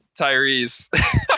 Tyrese